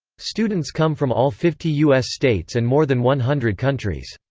students come from all fifty u s. states and more than one hundred countries.